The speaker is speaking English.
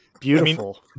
Beautiful